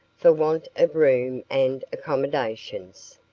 for want of room and accommodations.